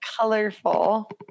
colorful